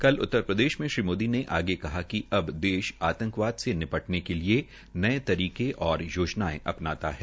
कल उतरप्रदेश में श्री मोदी ने कहा कि अब देश आतंकवाद से निपटने के लिये नये तरीके और योजनायें अपनाता है